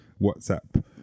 WhatsApp